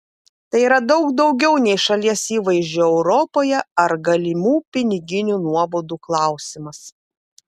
tai yra daug daugiau nei šalies įvaizdžio europoje ar galimų piniginių nuobaudų klausimas